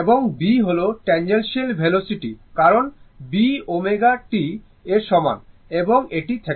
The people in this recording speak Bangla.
এবং B হল ট্যানজেনশিয়াল ভেলোসিটি কারণ B ω t এর সমান এবং এটি θ